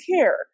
care